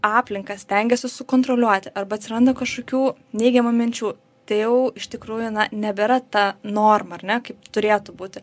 aplinka stengiasi sukontroliuoti arba atsiranda kažkokių neigiamų minčių tai jau iš tikrųjų nebėra ta norma ar ne kaip turėtų būti